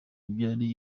byari